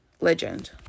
legend